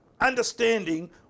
understanding